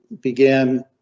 began